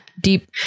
Deep